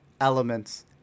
elements